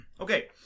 Okay